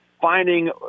finding